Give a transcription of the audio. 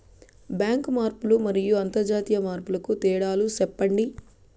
Bank మార్పులు మరియు అంతర్జాతీయ మార్పుల కు తేడాలు సెప్పండి?